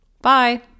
Bye